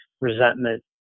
resentment